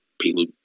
people